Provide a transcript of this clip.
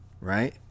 Right